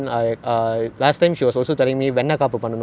she will she will do where the potong-pasir temple orh